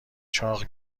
چاق